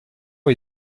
ont